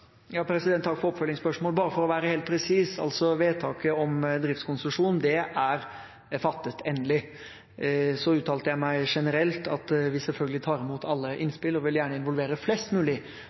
Takk for oppfølgingsspørsmålet. Bare for å være helt presis: Vedtaket om driftskonsesjon er fattet endelig. Så uttalte jeg meg generelt, at vi selvfølgelig tar imot alle innspill og vil gjerne involvere flest mulig